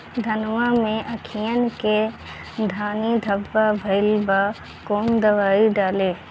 धनवा मै अखियन के खानि धबा भयीलबा कौन दवाई डाले?